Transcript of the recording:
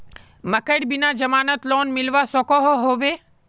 मकईर बिना जमानत लोन मिलवा सकोहो होबे?